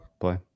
play